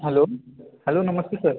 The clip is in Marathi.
हॅलो हॅलो नमस्ते सर